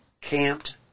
camped